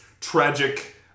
tragic